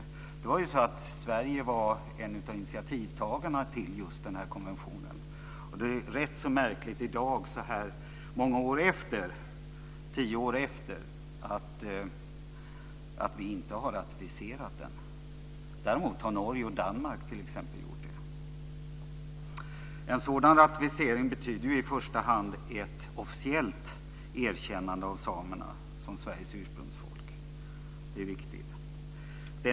Sverige var ju en av initiativtagarna till just den här konventionen. Det är rätt så märkligt att vi i dag, tio år efteråt, inte har ratificerat den. Däremot har t.ex. Norge och Danmark gjort det. En sådan ratificering betyder ju i första hand ett officiellt erkännande av samerna, som Sveriges ursprungsfolk. Det är viktigt.